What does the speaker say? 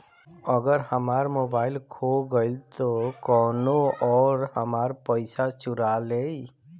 अगर हमार मोबइल खो गईल तो कौनो और हमार पइसा चुरा लेइ?